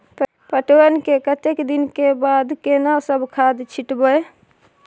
पटवन के कतेक दिन के बाद केना सब खाद छिटबै?